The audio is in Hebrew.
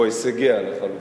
או הישגיה, לחלופין.